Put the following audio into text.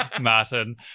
Martin